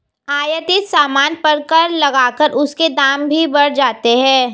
आयातित सामान पर कर लगाकर उसके दाम भी बढ़ जाते हैं